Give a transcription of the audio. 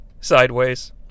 sideways